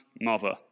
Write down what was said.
mother